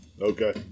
okay